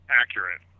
accurate